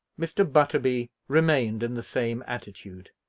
mr. butterby remained in the same attitude,